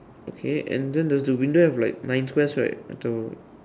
okay and then does the window have like nine squares right on to